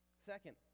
second